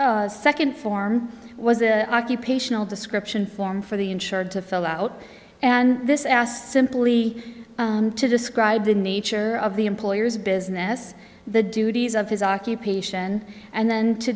the second form was a occupational description form for the insured to fill out and this asked simply to describe the nature of the employer's business the duties of his occupation and then to